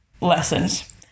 lessons